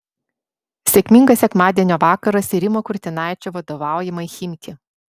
sėkmingas sekmadienio vakaras ir rimo kurtinaičio vadovaujamai chimki